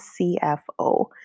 CFO